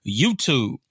YouTube